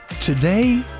Today